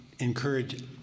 Encourage